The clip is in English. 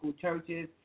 churches